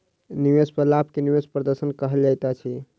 निवेश पर लाभ के निवेश प्रदर्शन कहल जाइत अछि